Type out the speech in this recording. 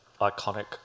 iconic